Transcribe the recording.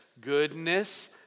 goodness